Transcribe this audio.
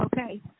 Okay